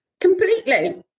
Completely